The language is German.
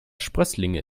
sprösslinge